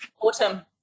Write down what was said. autumn